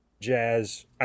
jazz